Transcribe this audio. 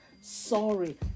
Sorry